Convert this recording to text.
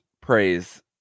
praise